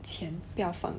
钱不要放